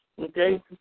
Okay